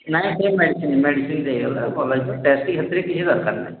ନାହିଁ ସେଇ medicine medicine ଦେଇଦେଲେ ଭଲ ହେଇଯିବ ଟେଷ୍ଟ୍ ହେତିରେ କିଛି ଦରକାର ନାହିଁ